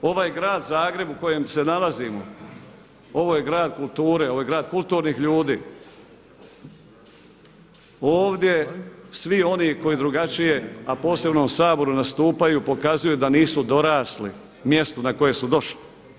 Ovaj grad Zagreb u kojem se nalazimo, ovo je grad kulture, ovo je grad kulturnih ljudi, ovdje svi oni koji drugačije, a posebno u Saboru nastupaju pokazuju da nisu dorasli mjestu na koje su došli.